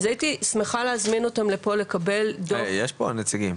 הייתי שמחה להזמין אותם לפה לקבל דו"ח יש כאן נציגים.